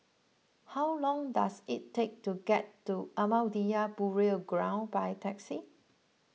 how long does it take to get to Ahmadiyya Burial Ground by taxi